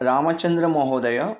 रामचन्द्रमहोदयः